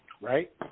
right